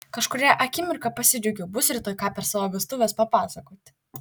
kažkurią akimirką pasidžiaugiau bus rytoj ką per savo vestuves papasakoti